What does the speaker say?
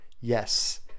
Yes